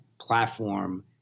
platform